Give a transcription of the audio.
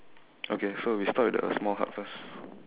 okay so we start with the small hut first